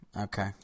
Okay